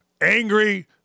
angry